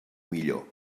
millor